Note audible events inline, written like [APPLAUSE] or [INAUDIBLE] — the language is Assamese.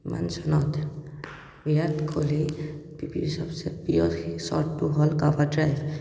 মান চনত বিৰাট কোহলিৰ [UNINTELLIGIBLE] প্ৰিয় শ্বটটো হ'ল [UNINTELLIGIBLE]